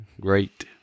great